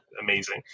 amazing